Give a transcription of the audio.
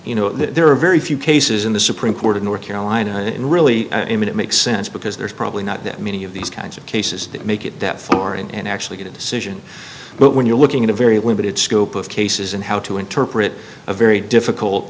you know there are very few cases in the supreme court of north carolina in really him it makes sense because there's probably not that many of these kinds of cases that make it death for and actually get a decision but when you're looking at a very limited scope of cases and how to interpret a very difficult